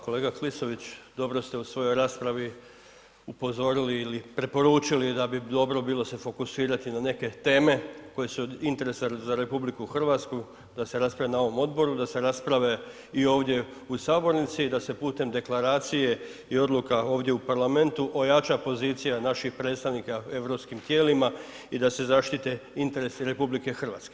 Kolega Klisović, dobro ste u svojoj raspravi upozorili ili preporučili da bi dobro bilo se fokusirati na neke teme koje su od interesa za RH, da se rasprave na ovom odboru, da se rasprave i ovdje u sabornici i da se putem deklaracije i odluka ovdje u parlamentu ojača pozicija naših predstavnika u europskim tijelima i da se zaštite interesi RH.